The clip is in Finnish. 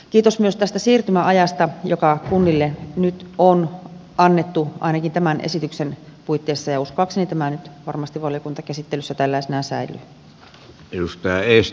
kiitos myös tästä siirtymäajasta joka kunnille nyt on annettu ainakin tämän esityksen puitteissa ja uskoakseni tämä nyt varmasti valiokuntakäsittelyssä tällaisenaan säilyy